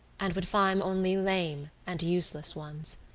and would find only lame and useless ones.